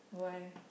why